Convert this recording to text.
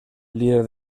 líder